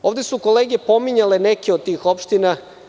Ovde su kolege pominjale neke od tih opština.